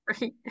right